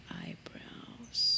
eyebrows